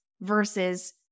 versus